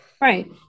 right